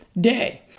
day